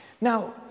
Now